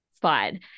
Fine